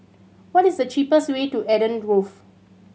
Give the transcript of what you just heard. what is the cheapest way to Eden Grove